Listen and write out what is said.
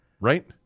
right